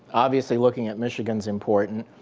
obviously looking at michigan's important.